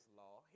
law